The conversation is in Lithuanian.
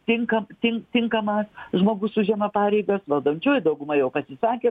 tinkam tin tinkamas žmogus užima pareigas valdančioji dauguma jau pasisakė